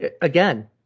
again